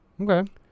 Okay